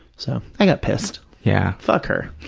so, i got pissed. yeah fuck her.